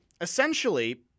essentially